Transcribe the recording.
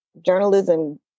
journalism